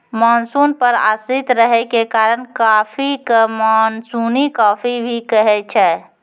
monsoon पर आश्रित रहै के कारण कॉफी कॅ मानसूनी कॉफी भी कहै छै